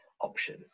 option